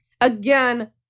Again